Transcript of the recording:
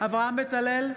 אברהם בצלאל,